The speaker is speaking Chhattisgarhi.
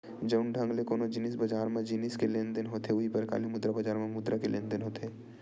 जउन ढंग ले कोनो जिनिस बजार म जिनिस के लेन देन होथे उहीं परकार ले मुद्रा बजार म मुद्रा के लेन देन होथे